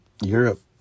Europe